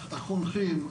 החונכים,